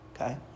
okay